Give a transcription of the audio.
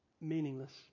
Meaningless